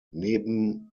neben